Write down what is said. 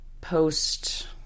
post